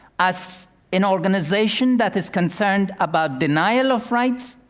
as an organization that is concerned about denial of rights,